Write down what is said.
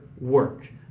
work